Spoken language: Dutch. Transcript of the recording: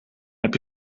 heb